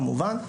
כמובן.